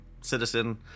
citizen